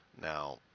Now